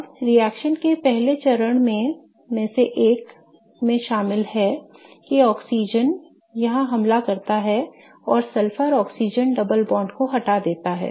अब रिएक्शन के पहले चरणों में से एक में ऐसा शामिल है कि ऑक्सीजन यहां हमला करता है और सल्फर ऑक्सीजन डबल बॉन्ड को हटा देता है